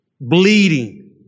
bleeding